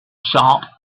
sharp